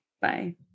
Bye